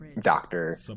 doctor